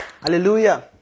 Hallelujah